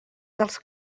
dels